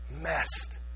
messed